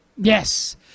Yes